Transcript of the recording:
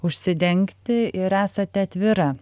užsidengti ir esate atvira